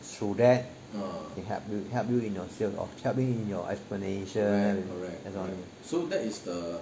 through that it help you help you in your sales or help you in your explanation you get what I mean